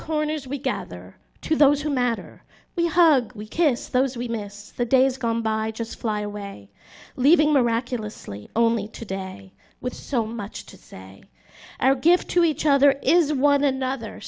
corners we gather to those who matter we hug we kiss those we miss the days gone by just fly away leaving miraculously only today with so much to say our gift to each other is one another